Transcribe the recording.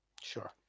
Sure